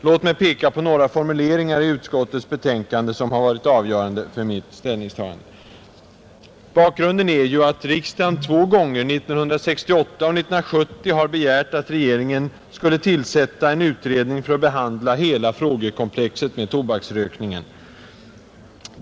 Låt mig peka på några formuleringar i utskottets betänkande som har varit avgörande för mitt ställningstagande. Till bakgrunden hör att riksdagen två gånger, 1968 och 1970, har begärt att regeringen skall tillsätta en utredning för att behandla hela frågekomplexet med tobaksrökningen.